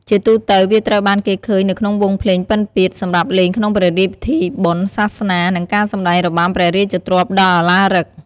ជាទូទៅ វាត្រូវបានគេឃើញនៅក្នុងវង់ភ្លេងពិណពាទ្យ សម្រាប់លេងក្នុងព្រះរាជពិធីបុណ្យ សាសនា និងការសម្តែងរបាំព្រះរាជទ្រព្យដ៏ឧឡារិក។